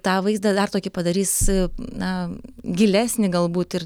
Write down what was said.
tą vaizdą dar tokį padarys na gilesnį galbūt ir